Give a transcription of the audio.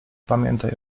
pamiętaj